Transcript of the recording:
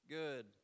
good